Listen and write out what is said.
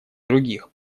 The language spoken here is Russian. других